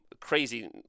crazy